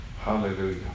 Hallelujah